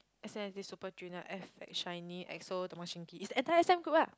S_M has this Super-Junior F X Shiny ExoDongbangshinki it's the entire S_M group lah